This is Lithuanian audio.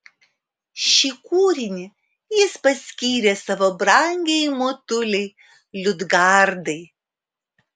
šį kūrinį jis paskyrė savo brangiajai motulei liudgardai